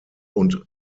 und